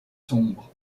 sombres